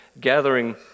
gathering